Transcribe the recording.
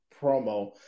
promo